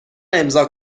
امضا